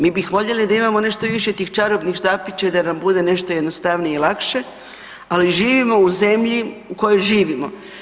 Mi bi voljeli da imamo nešto više tih čarobnih štapića i da nam bude nešto jednostavnije i lakše ali živimo u zemlji u kojoj živimo.